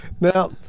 Now